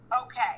okay